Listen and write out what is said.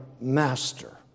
master